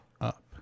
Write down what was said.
up